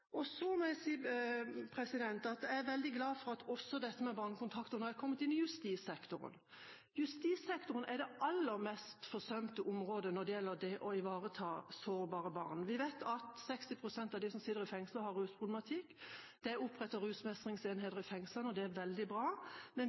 BarnsBeste. Så må jeg si at jeg er veldig glad for at også barnekontakter nå er kommet inn i justissektoren. Justissektoren er det aller mest forsømte området når det gjelder å ivareta sårbare barn. Vi vet at 60 pst. av dem som sitter i fengsel har rusproblematikk. Det er opprettet rusmestringsenheter i fengslene, og det er veldig bra. Men